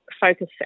focus